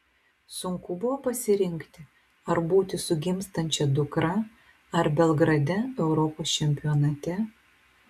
sunku buvo pasirinkti ar būti su gimstančia dukra ar belgrade europos čempionate